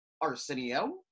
Arsenio